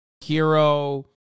hero